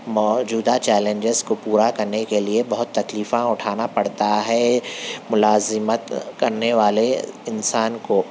موجودہ چیلینجز کو پورا کرنے کے لیے بہت تکلیفیں اُٹھانا پڑتا ہے ملازمت کرنے والے انسان کو